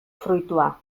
fruitua